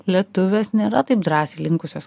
lietuvės nėra taip drąsiai linkusios